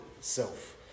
self